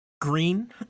Green